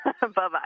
Bye-bye